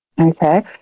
Okay